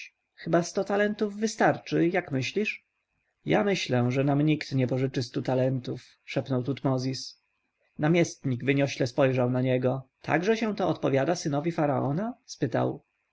chyba sto talentów wystarczy jak myślisz ja myślę że nam nikt nie pożyczy stu talentów szepnął tutmozis namiestnik wyniośle spojrzał na niego także się to odpowiada synowi faraona spytał